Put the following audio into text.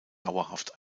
dauerhaft